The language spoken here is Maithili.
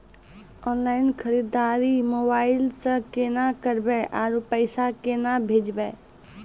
ऑनलाइन खरीददारी मोबाइल से केना करबै, आरु पैसा केना भेजबै?